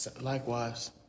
Likewise